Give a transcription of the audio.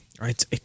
Right